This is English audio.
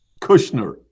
Kushner